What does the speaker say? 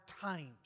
times